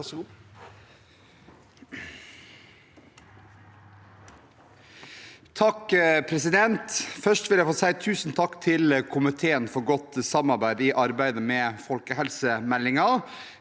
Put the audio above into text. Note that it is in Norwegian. for sa- ken): Først vil jeg si tusen takk til komiteen for godt samarbeid i arbeidet med folkehelsemeldingen.